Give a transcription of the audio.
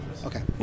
Okay